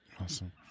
awesome